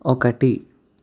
ఒకటి